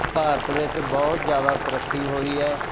ਭਾਰਤ ਵਿੱਚ ਬਹੁਤ ਜ਼ਿਆਦਾ ਤਰੱਕੀ ਹੋਈ ਹੈ